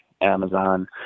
Amazon